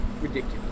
ridiculous